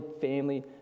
family